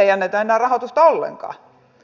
ei anneta rahoitusta enää ollenkaan